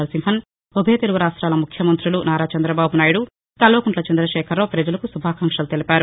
నరసింహన్ ఉభయ తెలుగు రాష్ట్రాల ముఖ్యమంతులు నారా చంద్రబాబు నాయుడు కల్వకుంట్ల చంద్రశేఖరరావు ప్రజలకు శుభాకాంక్షలు తెలియచేశారు